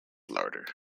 larder